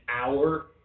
hour